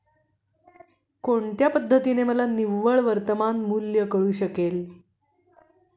कोणत्या पद्धतीने मला निव्वळ वर्तमान मूल्य कळू शकेल?